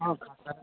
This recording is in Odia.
ହଁ ଖାତାରେ